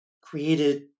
created